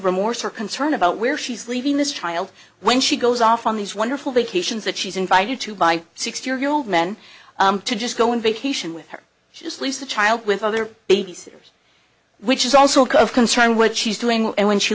remorse or concern about where she's leaving this child when she goes off on these wonderful vacations that she's invited to by six year old men to just go in vacation with her she just leaves the child with other babysitters which is also a cause of concern what she's doing and when she